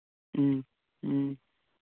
ꯎꯝ ꯎꯝ